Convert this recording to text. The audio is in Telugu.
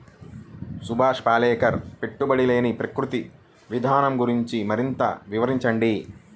సుభాష్ పాలేకర్ పెట్టుబడి లేని ప్రకృతి విధానం గురించి మరింత వివరించండి